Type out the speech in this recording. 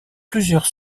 plusieurs